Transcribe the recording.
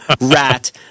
rat